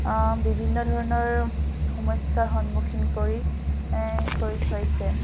বিভিন্ন ধৰণৰ সমস্যাৰ সন্মুখীন কৰি কৰি থৈছে